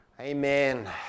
Amen